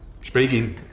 speaking